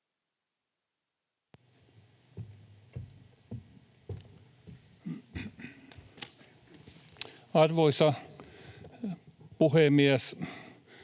Arvoisa puhemies!